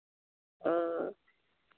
ᱚ